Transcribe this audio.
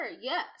yes